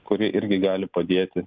kuri irgi gali padėti